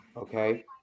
Okay